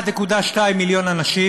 1.2 מיליון אנשים,